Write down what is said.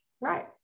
right